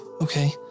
Okay